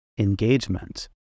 engagement